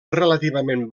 relativament